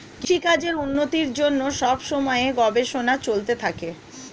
কৃষিকাজের উন্নতির জন্যে সব সময়ে গবেষণা চলতে থাকে